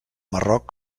marroc